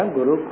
Guru